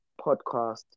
podcast